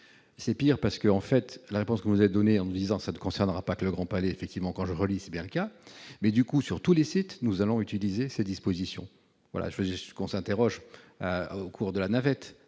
c'est pire, parce que en fait la réponse que vous avez donné en me disant ça ne concernera pas que le Grand Palais, effectivement quand je relis c'est bien le cas, mais du coup sur tous les sites, nous allons utiliser ces dispositions voilà je faisait ce qu'on s'interroge, au cours de la navette